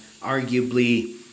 arguably